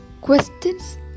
questions